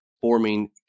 forming